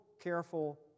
careful